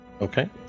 okay